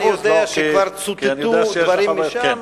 אני יודע שכבר צוטטו דברים משם,